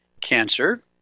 cancer